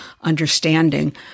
understanding